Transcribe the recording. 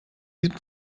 diesem